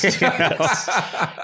Yes